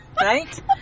Right